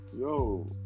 yo